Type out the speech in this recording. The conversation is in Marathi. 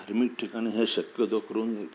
धार्मिक ठिकाणी हे शक्यतो करून